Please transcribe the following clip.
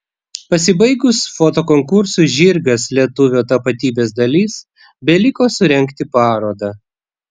pasibaigus fotokonkursui žirgas lietuvio tapatybės dalis beliko surengti parodą